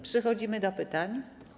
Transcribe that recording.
Przechodzimy do pytań.